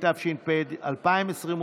התשפ"ב 2022,